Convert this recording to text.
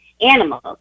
animals